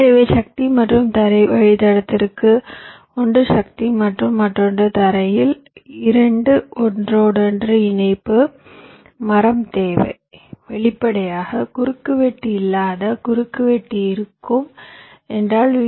எனவே சக்தி மற்றும் தரை வழித்தடத்திற்கு ஒன்று சக்தி மற்றும் மற்றொன்று தரையில் இரண்டு ஒன்றோடொன்று இணைப்பு மரம் தேவை வெளிப்படையாக குறுக்குவெட்டு இல்லாத குறுக்குவெட்டு இருக்கும் ஏனென்றால் வி